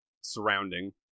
surrounding